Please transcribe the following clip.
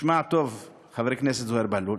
תשמע טוב, חבר הכנסת זוהיר בהלול,